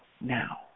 now